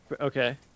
okay